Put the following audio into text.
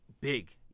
big